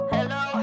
Hello